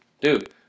dude